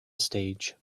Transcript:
stage